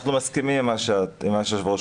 אנחנו מסכימים עם מה שהיושב-ראש אמר.